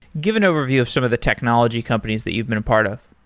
give an overview of some of the technology companies that you've been a part of.